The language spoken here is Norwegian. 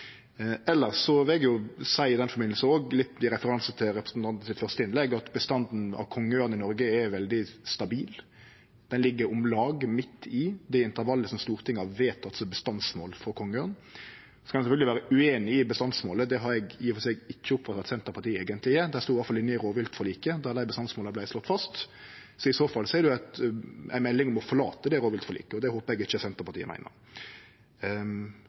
vil eg i den samanhengen seie, med litt referanse til representanten Mossleths første innlegg, at bestanden av kongeørn i Noreg er veldig stabil. Bestanden ligg om lag midt i det intervallet som Stortinget har vedteke som bestandsmål for kongeørn. Så kan ein sjølvsagt vere ueinig i bestandsmålet. Det har eg eigentleg ikkje oppfatta at Senterpartiet er. Dei stod iallfall som ein del av rovviltforliket, der bestandsmålet vart slått fast. I motsett fall er det ei melding om å forlate det rovviltforliket. Det håpar eg at Senterpartiet ikkje meiner.